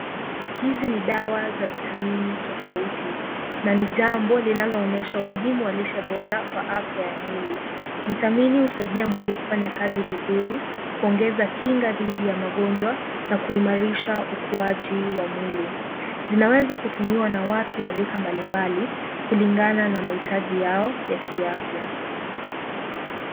Hizi ni dawa za vitamini tofauti na ni jambo linaloonyesha umuhimu wa lishe bora kwa afya ya mwili. Vitamini husaidia mwili kufanya kazi vizuri, kuongeza kinga dhidi ya magonjwa na kuimarisha ukuaji wa mwili. Zinaweza kutumiwa na watu wa rika mbalimbali kulingana na mahitaji yao ya kiafya.